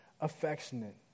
affectionate